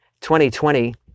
2020